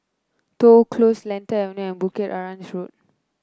Toh Close Lentor Avenue and Bukit Arang Road